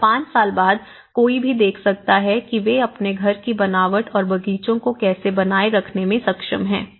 और पांच साल बाद कोई भी देख सकता है कि वे अपने घर की बनावट और बगीचों को कैसे बनाए रखने में सक्षम हैं